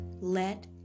let